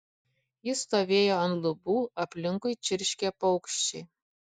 ji stovėjo ant lubų aplinkui čirškė paukščiai